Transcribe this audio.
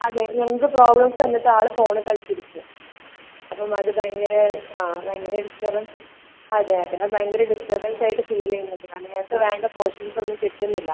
അതെ ഞങ്ങക്ക് പ്രോബ്ലംസ് തന്നിട്ട് ആള് ഫോണിൽ കളിച്ചിരിക്കും അപ്പം അത് ഭയങ്കര ആ ഭയങ്കര ഡിസ്റ്റർബൻസ് അതെ അതെ അത് ഭയങ്കര ഡിസ്റ്റർബൻസ് ആയിട്ട് ഫീല് ചെയ്യുന്നുണ്ട് കാരണം ഞങ്ങക്ക് വേണ്ട പോർഷൻസ് ഒന്നും കിട്ടുന്നില്ല